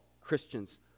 Christians